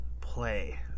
play